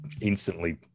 instantly